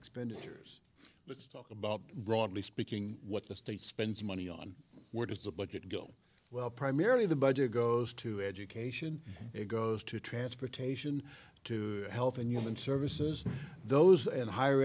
expenditures let's talk about broadly speaking what the state spends money on where does the budget go well primarily the budget goes to education it goes to transportation to health and human services those and higher